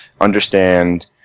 understand